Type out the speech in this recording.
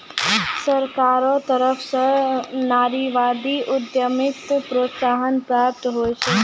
सरकारो तरफो स नारीवादी उद्यमिताक प्रोत्साहन प्राप्त होय छै